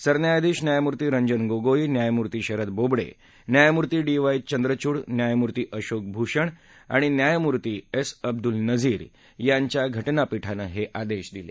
सरन्यायाधीश न्यायमूर्ती रंजन गोगोई न्यायमूर्ती शरद बोबडे न्यायमूर्ती डी वाय चंद्रचूड न्यायमूर्ती अशोक भूषण आणि न्यायमूर्ती एस अब्दूल नझीर यांच्या घटनापीठानं हे आदेश दिले